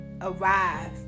arrive